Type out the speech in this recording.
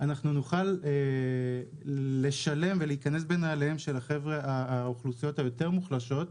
נוכל לשלם ולהיכנס בנעליהם של האוכלוסיות היותר מוחלשות,